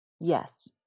Yes